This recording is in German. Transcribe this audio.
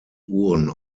uhren